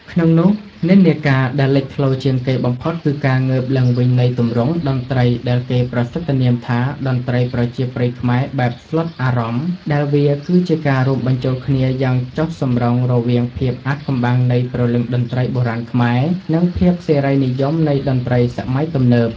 ក្នុងនោះ និន្នាការដែលលេចធ្លោជាងគេបំផុតគឺការងើបឡើងវិញនៃទម្រង់តន្ត្រីដែលគេប្រសិទ្ធនាមថា តន្ត្រីប្រជាប្រិយខ្មែរបែបស្លុតអារម្មណ៍ ដែលវាគឺជាការរួមបញ្ចូលគ្នាយ៉ាងចុះសម្រុងរវាងភាពអាថ៌កំបាំងនៃព្រលឹងតន្ត្រីបុរាណខ្មែរ និងភាពសេរីនិយមនៃតន្ត្រីសម័យទំនើប។